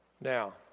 Now